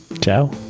Ciao